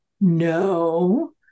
No